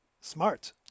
smart